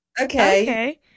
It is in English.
okay